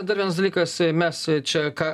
dar vienas dalykas mes čia ką